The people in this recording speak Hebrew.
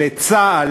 לצה"ל,